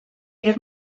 era